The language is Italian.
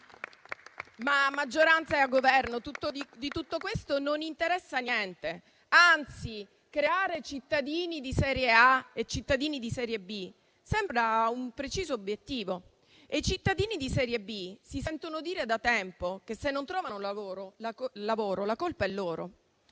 Ma alla maggioranza e al Governo di tutto questo non interessa niente; anzi, creare cittadini di serie A e cittadini di serie B sembra un preciso obiettivo e i cittadini di serie B si sentono dire da tempo che, se non trovano lavoro, la colpa è loro.